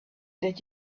that